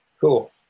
Cool